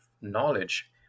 knowledge